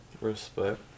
respect